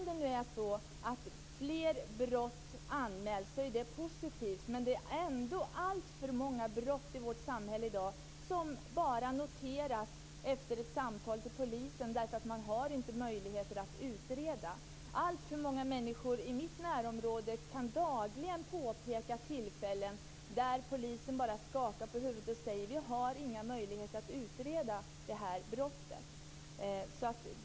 Det är positivt att fler brott anmäls, men alltför många brott i vårt samhälle i dag blir bara noterade efter ett samtal med polisen. Man har inte möjligheter att utreda dem. Alltför många människor i mitt närområde kan dagligen peka på tillfällen där polisen bara skakar på huvudet och säger att den inte har några möjligheter att utreda det brott som det gäller.